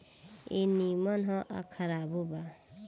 ई निमन ह आ खराबो बा